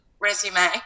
resume